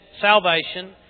salvation